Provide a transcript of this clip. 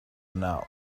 now